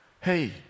hey